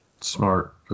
Smart